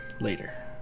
later